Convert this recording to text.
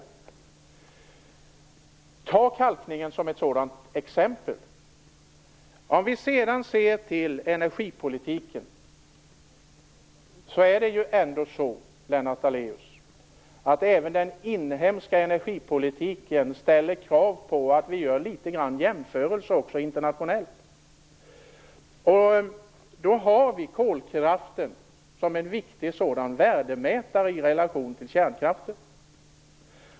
Vi kan ta kalkningen som ett sådant exempel. För att sedan se till energipolitiken vill jag säga, Lennart Daléus, att det även i den inhemska energipolitiken krävs litet grand av jämförelser internationellt. Kolkraften är en viktig värdemätare i relation till kärnkraften.